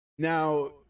Now